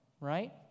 right